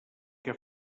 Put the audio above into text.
que